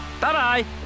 Bye-bye